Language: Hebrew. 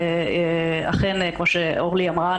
וכמו שאורלי אמרה,